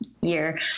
year